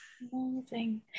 Amazing